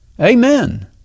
Amen